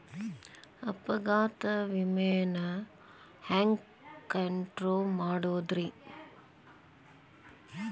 ಅಪಘಾತ ವಿಮೆನ ಹ್ಯಾಂಗ್ ಕ್ಲೈಂ ಮಾಡೋದ್ರಿ?